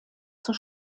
zur